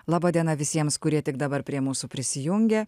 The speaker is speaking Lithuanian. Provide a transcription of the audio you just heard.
laba diena visiems kurie tik dabar prie mūsų prisijungė